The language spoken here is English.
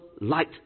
Light